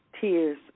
tears